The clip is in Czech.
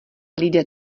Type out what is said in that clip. lidé